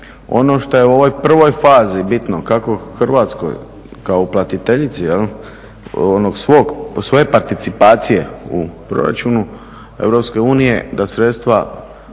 Ono što je u ovoj prvoj fazi bitno, kako Hrvatskoj kao uplatiteljici onog svog, svoje participacije u proračunu EU da sredstva